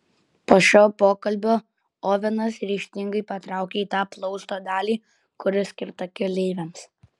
po šio pokalbio ovenas ryžtingai patraukė į tą plausto dalį kuri skirta keleiviams